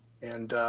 and